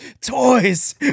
toys